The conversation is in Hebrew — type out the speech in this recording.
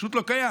פשוט לא קיים.